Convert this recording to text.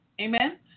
Amen